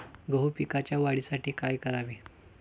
गहू पिकाच्या वाढीसाठी काय करावे?